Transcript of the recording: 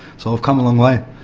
so i've come a long way.